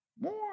More